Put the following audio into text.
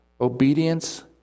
obedience